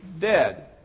dead